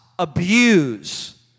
abuse